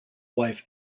wife